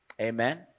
Amen